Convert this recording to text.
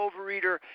overeater